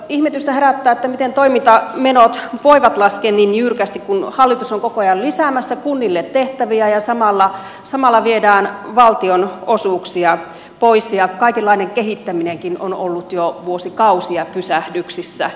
ihmetystä herättää miten toimintamenot voivat laskea niin jyrkästi kun hallitus on koko ajan lisäämässä kunnille tehtäviä ja samalla viedään valtionosuuksia pois ja kaikenlainen kehittäminenkin on ollut jo vuosikausia pysähdyksissä